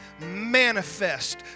manifest